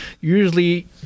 usually